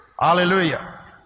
Hallelujah